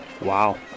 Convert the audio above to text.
Wow